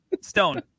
stone